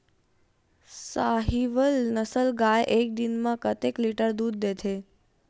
साहीवल नस्ल गाय एक दिन म कतेक लीटर दूध देथे?